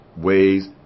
ways